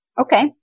Okay